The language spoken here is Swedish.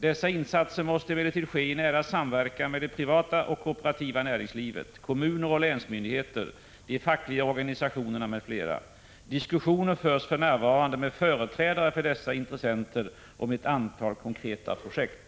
Dessa insatser måste emellertid ske i nära samverkan med det privata och kooperativa näringslivet, kommuner och länsmyndigheter, de fackliga organisationerna, 63 m.fl. Diskussioner förs för närvarande med företrädare för dessa intressenter om ett antal konkreta projekt.